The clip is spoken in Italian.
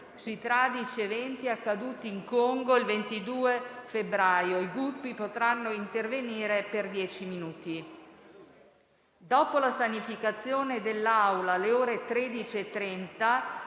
sui tragici eventi accaduti in Congo il 22 febbraio. I Gruppi potranno intervenire per dieci minuti. Dopo la sanificazione dell'Aula, alle ore 13,30,